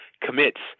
commits